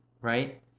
right